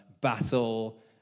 battle